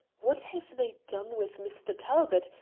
what have they done with mr. talbot,